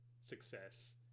success